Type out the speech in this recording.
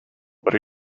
what